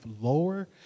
lower